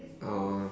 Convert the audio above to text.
oh